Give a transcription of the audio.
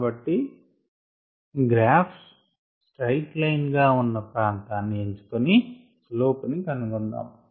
కాబట్టి graph straight line గా ఉన్న ప్రాంతాన్ని ఎంచుకొని స్లోప్ ని కనుగొంటాము